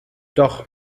doch